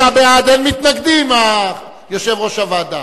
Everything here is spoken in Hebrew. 49 בעד, אין מתנגדים, יושב-ראש הוועדה.